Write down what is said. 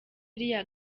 iriya